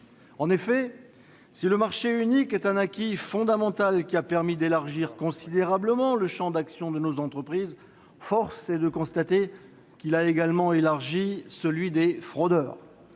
En effet, si le marché unique est un acquis fondamental qui a permis d'élargir considérablement le champ d'action de nos entreprises, force est de constater qu'il a également élargi celui des fraudeurs.